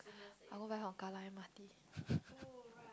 I'll go buy from kallang M_R_T